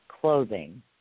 clothing